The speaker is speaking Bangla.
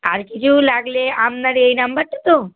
আর কিছু লাগলে আপনার এই নাম্বারটা তো